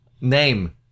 name